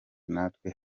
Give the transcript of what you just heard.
natwe